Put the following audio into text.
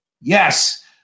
Yes